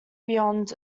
beyond